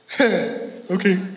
Okay